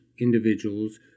individuals